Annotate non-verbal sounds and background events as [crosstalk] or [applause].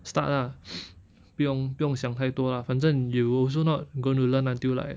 start lah [noise] 不用不用想太多 lah 反正 you also not going to learn until like